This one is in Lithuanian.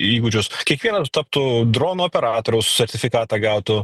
įgūdžius kiekvienas taptų drono operatoriaus sertifikatą gautų